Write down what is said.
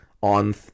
on